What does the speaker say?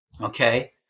okay